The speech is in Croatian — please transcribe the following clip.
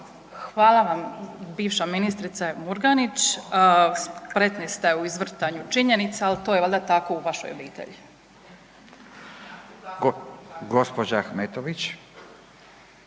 Hvala vam bivša ministrice Murganić, spretni ste u izvrtanju činjenica, ali to je valjda tako u vašoj obitelji. **Radin,